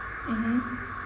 mmhmm